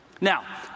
Now